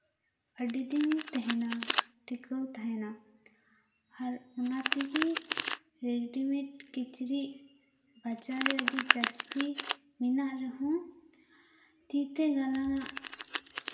ᱟᱹᱰᱤ ᱫᱤᱱ ᱛᱟᱦᱮᱱᱟ ᱴᱤᱠᱟᱹᱣ ᱛᱟᱦᱮᱱᱟ ᱟᱨ ᱚᱱᱟ ᱛᱮᱜᱮ ᱨᱮᱰᱤᱢᱮᱰ ᱠᱤᱪᱨᱤᱡ ᱵᱟᱡᱟᱨ ᱨᱮ ᱟᱹᱰᱤ ᱡᱟᱹᱥᱛᱤ ᱢᱮᱱᱟᱜ ᱨᱮᱦᱚᱸ ᱛᱤ ᱛᱮ ᱜᱟᱞᱟᱝ ᱟᱜ